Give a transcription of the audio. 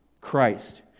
Christ